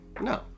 No